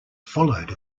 followed